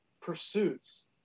pursuits